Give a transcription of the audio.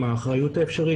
עם האחריות האפשרית,